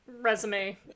resume